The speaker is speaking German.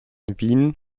wien